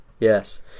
Yes